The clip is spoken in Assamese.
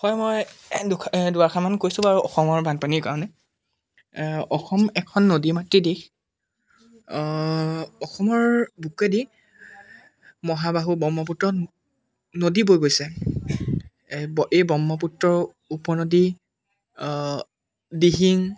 হয় মই দুষাৰ দুআষাৰমান কৈছোঁ বাৰু অসমৰ বানপানীৰ কাৰণে অসম এখন নদী মাতৃক দেশ অসমৰ বুকুৱেদি মহাবাহু ব্ৰহ্মপুত্ৰ নদী বৈ গৈছে এই এই ব্ৰহ্মপুত্ৰ উপনদী দিহিং